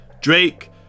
Drake